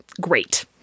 great